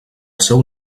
seu